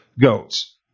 goats